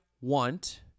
want